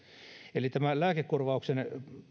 eli lääkekorvauksen